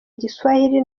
giswahili